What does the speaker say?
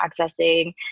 accessing